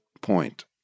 point